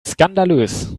skandalös